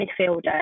midfielder